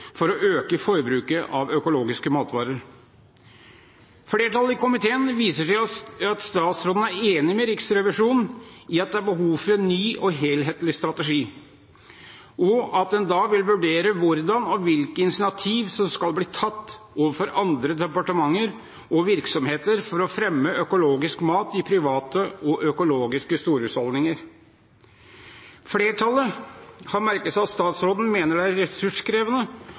for å øke forbruket av økologiske matvarer Flertallet i komiteen viser til at statsråden er enig med Riksrevisjonen i at det er behov for en ny og helhetlig strategi, og at en da vil vurdere hvordan og hvilke initiativ som skal bli tatt overfor andre departementer og virksomheter for å fremme økologisk mat i private og økologiske storhusholdninger. Flertallet har merket seg at statsråden mener det er ressurskrevende